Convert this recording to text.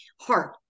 heart